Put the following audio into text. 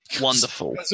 Wonderful